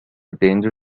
danger